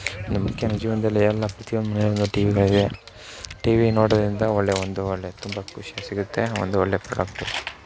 ಇನ್ನೂ ಮುಖ್ಯನೇ ಜೀವನದಲ್ಲಿ ಎಲ್ಲ ಪ್ರತಿಯೊಂದು ಮನೆಯಲ್ಲೂ ಟಿವಿಗಳಿದೆ ಟಿವಿ ನೋಡೋದರಿಂದ ಒಳ್ಳೆಯ ಒಂದು ಒಳ್ಳೆಯ ತುಂಬ ಖುಷಿ ಸಿಗುತ್ತೆ ಒಂದು ಒಳ್ಳೆಯ ಪ್ರೊಡಕ್ಟು